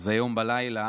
אז היום בלילה,